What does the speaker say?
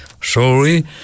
Sorry